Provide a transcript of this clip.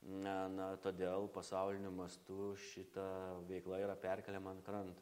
na na todėl pasauliniu mastu šita veikla yra perkeliama ant krant